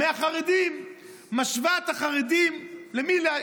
מהחרדים, משווה את החרדים למי?